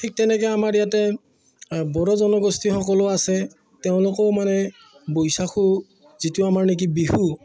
ঠিক তেনেকৈ আমাৰ ইয়াতে অঁ বড়ো জনগোষ্ঠীসকলো আছে তেওঁলোকেও মানে বৈচাগু যিটো আমাৰ নেকি বিহু